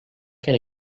can